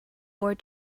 war